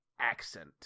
accent